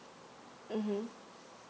mm